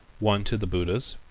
one to the buddhas,